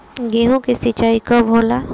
गेहूं के सिंचाई कब होला?